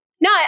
No